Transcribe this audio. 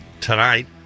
tonight